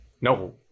No